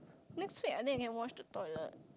next week I think I can wash the toilet